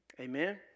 Amen